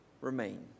Remain